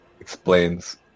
explains